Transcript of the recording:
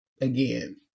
again